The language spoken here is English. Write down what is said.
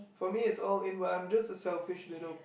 for me it's all inward I'm just selfish little